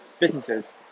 businesses